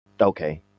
Okay